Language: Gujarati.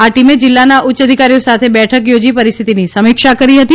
આ ટીમે જિલ્લાના ઉચ્ય અધિકારીઓ સાથે બેઠક થોજી પરિસ્થિતીની સમીક્ષા કરી હતી